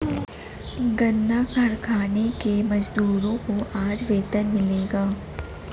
गन्ना कारखाने के मजदूरों को आज वेतन मिलेगा